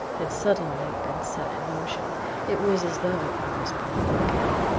had suddenly been set in motion it was as though i was born again.